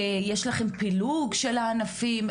יש לכם פילוג של הענפים,